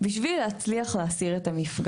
בשביל להצליח להסיר את המפגע.